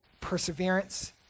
perseverance